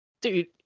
Dude